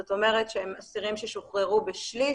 זאת אומרת הם אסירים ששוחררו בשליש